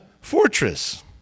Fortress